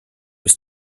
bis